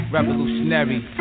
Revolutionary